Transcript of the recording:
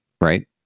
right